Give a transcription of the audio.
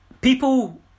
People